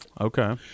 Okay